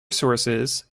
sources